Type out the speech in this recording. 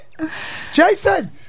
Jason